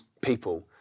people